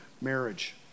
Marriage